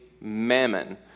mammon